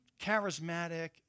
charismatic